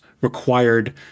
required